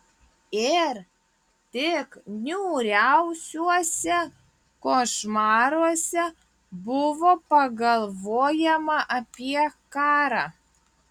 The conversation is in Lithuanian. ir tik niūriausiuose košmaruose buvo pagalvojama apie karą